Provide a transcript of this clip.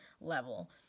level